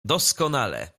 doskonale